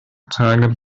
target